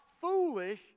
foolish